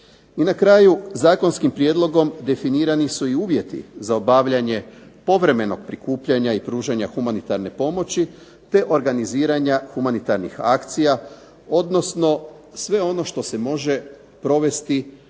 I na kraju, zakonskim prijedlogom definirani su i uvjeti za obavljanje povremenog prikupljanja i pružanja humanitarne pomoći, te organiziranja humanitarnih akcija, odnosno sve ono što se može provesti,